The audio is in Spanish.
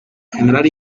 generar